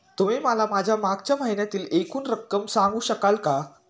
तुम्ही मला माझ्या मागच्या महिन्यातील एकूण रक्कम सांगू शकाल का?